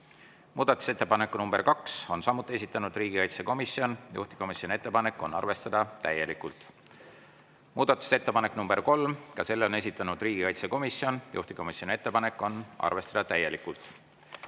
Muudatusettepaneku nr 2 on samuti esitanud riigikaitsekomisjon, juhtivkomisjoni ettepanek on arvestada täielikult. Ka muudatusettepaneku nr 3 on esitanud riigikaitsekomisjon, juhtivkomisjoni ettepanek on arvestada täielikult.